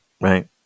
Right